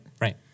Right